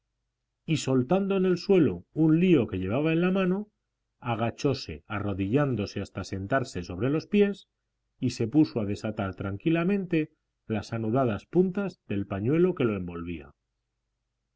y soltando en el suelo un lío que llevaba en la mano agachóse arrodillándose hasta sentarse sobre los pies y se puso a desatar tranquilamente las anudadas puntas del pañuelo que lo envolvía